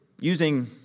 using